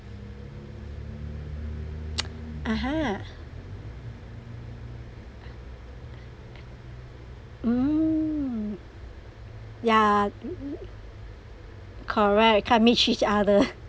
(uh huh) mm yeah correct can't meet each other